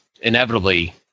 inevitably